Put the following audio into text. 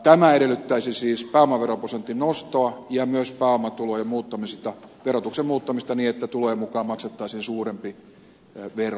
tämä edellyttäisi siis pääomaveroprosentin nostoa ja myös pääomatulojen verotuksen muuttamista niin että tulojen mukaan maksettaisiin suurempi vero